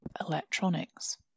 electronics